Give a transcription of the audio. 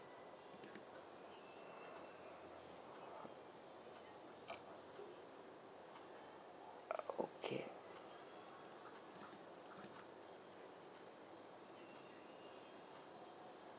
ah okay